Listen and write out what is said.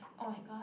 oh my god